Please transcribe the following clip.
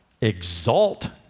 exalt